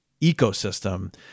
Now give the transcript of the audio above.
ecosystem